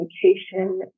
communication